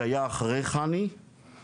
זה היה אחרי חני,